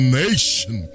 nation